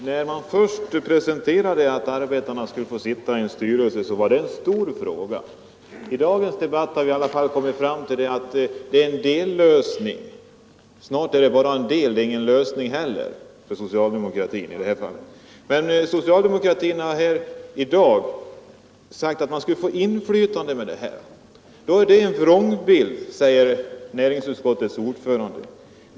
Herr talman! När förslaget att arbetarna skulle få sitta med i företagsstyrelserna först presenterades var det en stor fråga. Men i dagens debatt har vi kommit fram till att det är en dellösning. Snart är det väl bara en del; det är ingen lösning heller för socialdemokratin. Från socialdemokratiskt håll har det i dag sagts att vi med den föreslagna ordningen skulle få medinflytande.